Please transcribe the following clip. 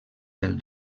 del